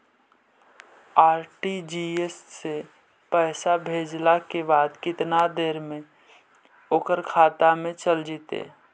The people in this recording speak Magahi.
आर.टी.जी.एस से पैसा भेजला के बाद केतना देर मे ओकर खाता मे चल जितै?